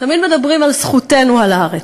תמיד מדברים על זכותנו על הארץ,